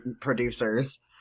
producers